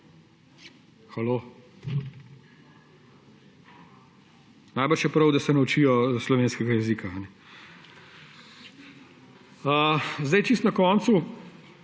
Halo! Najbrž je prav, da se naučijo slovenskega jezika. Kajne? Čisto na koncu.